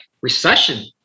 recession